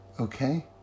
okay